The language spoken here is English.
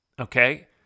Okay